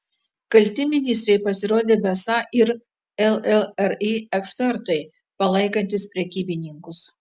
kalti ministrei pasirodė besą ir llri ekspertai palaikantys prekybininkus